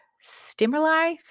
stimuli